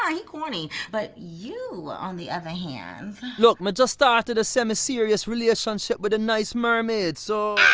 ah he corny. but you on the other hand. look. me just started a semi-serious relationship with a nice mermaid. so.